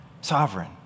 sovereign